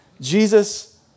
Jesus